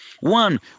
One